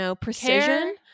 precision